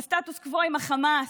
שאז,